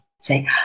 say